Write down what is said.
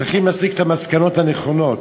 צריכים להסיק את המסקנות הנכונות.